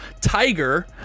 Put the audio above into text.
tiger